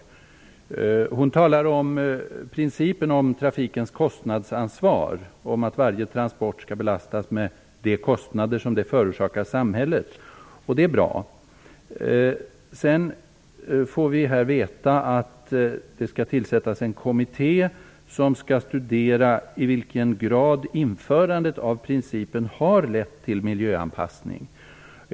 Kommunikationsministern talar om principen om trafikens kostnadsansvar, om att varje transport skall belastas med de kostnader som den förorsakar samhället. Detta är bra. Sedan får vi här veta att det skall tillsättas en kommitté som skall studera i vilken grad införandet av principen har lett till miljöanpassning.